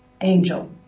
angel